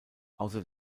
außer